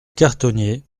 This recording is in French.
cartonnier